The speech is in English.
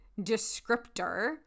descriptor